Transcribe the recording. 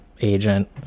agent